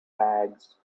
bags